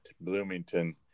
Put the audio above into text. Bloomington